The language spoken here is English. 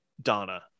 Donna